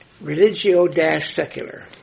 Religio-secular